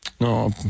No